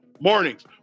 Mornings